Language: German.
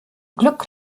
glück